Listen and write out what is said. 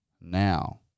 now